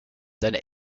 deine